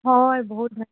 হয় বহুত হয়